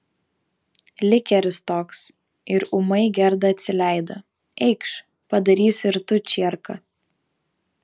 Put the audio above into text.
likeris toks ir ūmai gerda atsileido eikš padarysi ir tu čierką